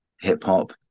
hip-hop